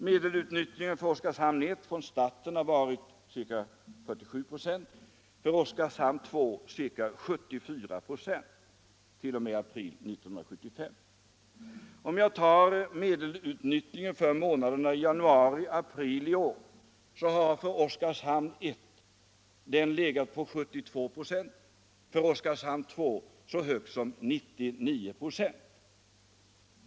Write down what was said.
Medelutnyttjningen för Oskarshamn I från starten har varit ca 47 96, för Oskarshamn II ca 74 96 t. 0. m. april 1975. Om jag tar medelutnyttjningen för månaderna januari-april i år har den för Oskarshamn I legat på 72 96, för Oskarshamn II så högt som 99 96.